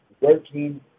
working